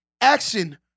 action